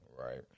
right